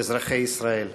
אזרחי ישראל.